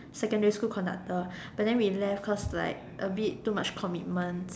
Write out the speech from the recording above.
secondary school conductor but then we left cause like a bit too much commitment